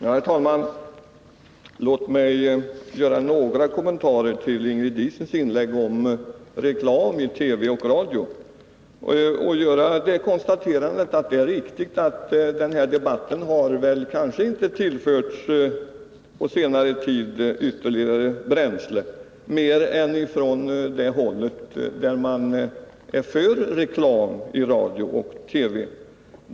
Herr talman! Låt mig göra några kommentarer till Ingrid Diesens inlägg om reklam i TV och radio och konstatera att det är riktigt att den här debatten på senare tid kanske inte har tillförts ytterligare bränsle, mer än från det håll där man är för reklam i radio och TV.